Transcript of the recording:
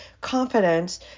confidence